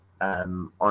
on